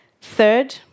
Third